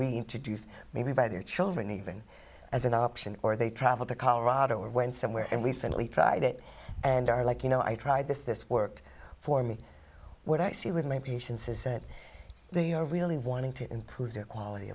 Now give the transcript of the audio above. reintroduced maybe by their children even as an option or they travel to colorado or went somewhere and recently tried it and are like you know i tried this this worked for me what i see with my patients is that they are really wanting to improve their quality